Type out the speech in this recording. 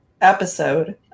episode